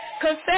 Confess